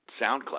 SoundCloud